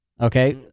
Okay